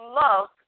love